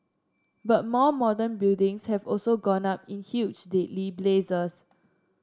but more modern buildings have also gone up in huge deadly blazes